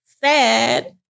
sad